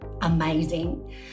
amazing